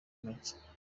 make